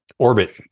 orbit